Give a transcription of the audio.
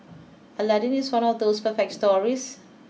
Aladdin is one of those perfect stories